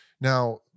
Now